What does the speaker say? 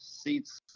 Seats